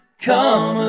come